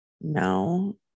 no